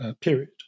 period